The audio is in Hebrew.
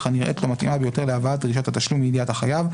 הנראית לו מתאימה ביותר להבאת דרישת התשלום לידיעת החייב,